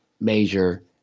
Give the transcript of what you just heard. major